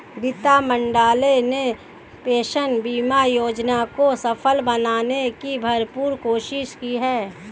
वित्त मंत्रालय ने पेंशन बीमा योजना को सफल बनाने की भरपूर कोशिश की है